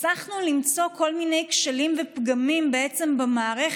הצלחנו למצוא כל מיני כשלים ופגמים במערכת,